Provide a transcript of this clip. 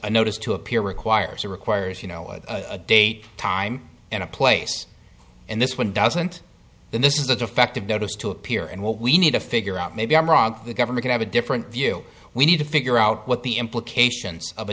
a notice to appear requires a requires you know what a date time and a place and this one doesn't mean this is a defective notice to appear and what we need to figure out maybe i'm wrong the governor can have a different view we need to figure out what the implications of a